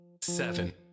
Seven